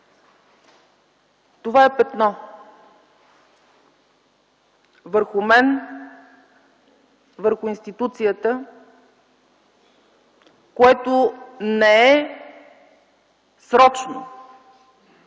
Това е петно! – върху мен, върху институцията, което не е срочно.